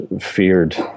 feared